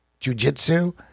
jujitsu